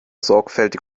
sorgfältig